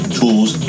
tools